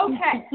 Okay